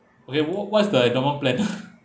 okay wh~ what's the endowment plan